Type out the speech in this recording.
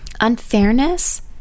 Unfairness